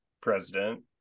president